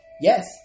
yes